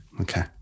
Okay